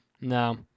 No